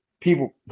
people